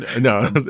No